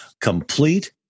complete